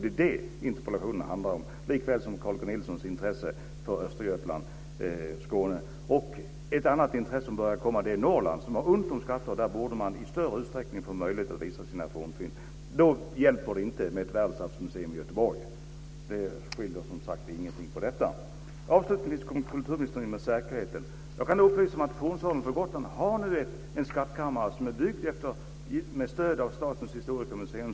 Det är även orsaken till Carl G Nilssons intresse för Östergötland och Skåne. Ett annat intresse som börjar komma gäller Norrland som har ont om skatter. Där borde man i större utsträckning få möjlighet att visa sina fornfynd. Då hjälper det inte med ett världsarvsmuseum i Göteborg. Det gör ingen skillnad i det här fallet. Avslutningsvis kom kulturministern in på säkerheten. Jag kan upplysa om att Gotlands fornsal nu har en skattkammare som är byggd med stöd av Statens historiska museum.